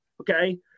Okay